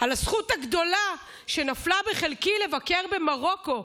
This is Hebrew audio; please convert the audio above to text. על הזכות הגדולה שנפלה בחלקי לבקר במרוקו,